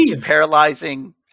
paralyzing –